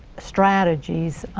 strategies,